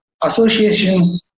Association